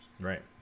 Right